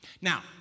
Now